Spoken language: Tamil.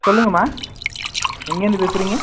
சொல்லுங்கம்மா எங்கேயிருந்து பேசுகிறீங்க